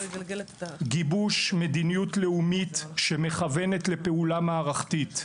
גיבוש מדיניות לאומית שמכוונת לפעולה מערכתית.